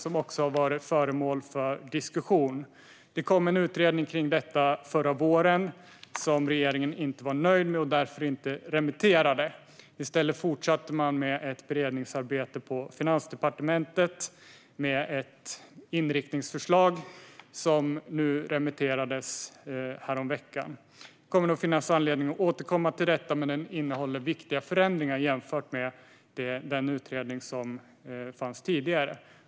Också den har varit föremål för diskussion. Det kom en utredning förra våren som regeringen inte var nöjd med och därför inte remitterade. I stället fortsatte man med ett beredningsarbete på Finansdepartementet, där man kom fram till ett inriktningsförslag, som remitterades häromveckan. Det kommer nog att finnas anledning för oss att återkomma till detta. Förslaget innehåller viktiga förändringar jämfört med det som fanns i den tidigare utredningen.